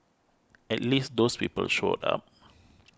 at least those people showed up